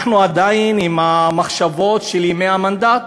אנחנו עדיין עם המחשבות של ימי המנדט.